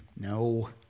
No